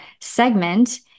segment